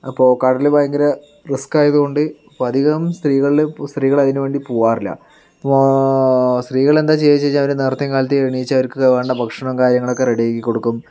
അപ്പോൾ കടൽ ഭയങ്കര റിസ്കായത് കൊണ്ട് അധികം സ്ത്രീകൾ സ്ത്രീകൾ അതിനുവേണ്ടി പോകാറില്ല ഇപ്പോൾ സ്ത്രീകൾ എന്താ ചെയ്യുക ചോദിച്ചാൽ അവര് നേരത്തെയും കാലത്തെയും എണീച്ച് അവർക്ക് വേണ്ട ഭക്ഷണം കാര്യങ്ങളൊക്കെ റെഡിയാക്കി കൊടുക്കും